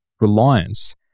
reliance